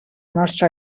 nostra